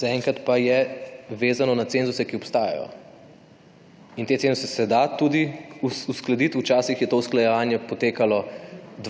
Zaenkrat pa je vezano na cenzuse, ki obstajajo. In te cenzuse se da tudi uskladiti. Včasih je to usklajevanje potekalo